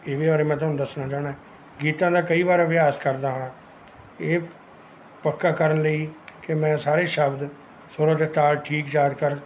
ਇਹਦੇ ਬਾਰੇ ਮੈਂ ਤੁਹਾਨੂੰ ਦੱਸਣਾ ਚਾਹੁੰਦਾ ਗੀਤਾਂ ਦਾ ਕਈ ਵਾਰ ਅਭਿਆਸ ਕਰਦਾ ਹਾਂ ਇਹ ਪੱਕਾ ਕਰਨ ਲਈ ਕਿ ਮੈਂ ਸਾਰੇ ਸ਼ਬਦ ਸੁਰ ਅਤੇ ਤਾਲ ਠੀਕ ਯਾਦ ਕਰ